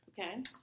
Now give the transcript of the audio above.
okay